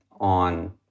on